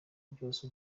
byose